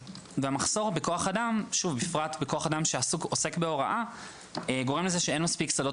המחסור בכוח אדם שעוסק בהוראה גורם לכך שאין מספיק שדות